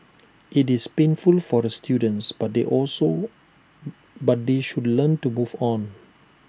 IT is painful for the students but they also but they should learn to move on